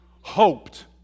hoped